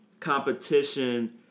competition